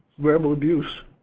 verbal abuse,